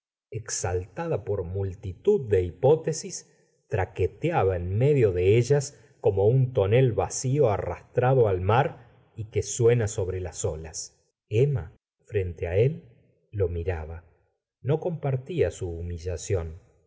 exaltada por multitud de hipótesis traqueteaba en medio de ellas como un tonel vacío arrastrado al mar y que suena sobre las olas emma frente á él lo miraba no compartia su